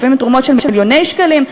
לפעמים תרומות של מיליוני שקלים.